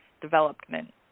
development